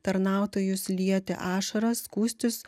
tarnautojus lieti ašaras skųstis